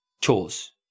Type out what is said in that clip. chores